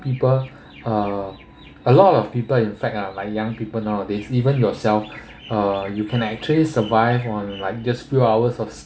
people are a lot of people in fact ah like young people nowadays even yourself uh you can actually survive on like just few hours of